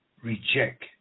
Reject